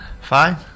Fine